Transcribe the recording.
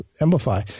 amplify